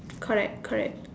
correct correct